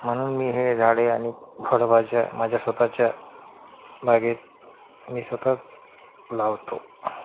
म्हणून मी हे झाडं आणि फळभाज्या माझ्या स्वतःच्या बागेत मी स्वतःच लावतो